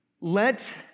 Let